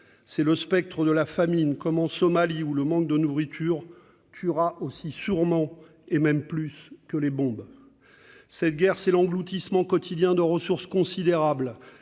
C'est le spectre de la famine, comme en Somalie, où le manque de nourriture tuera aussi sûrement et même plus que les bombes. Cette guerre, c'est l'engloutissement quotidien de ressources considérables